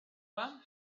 vam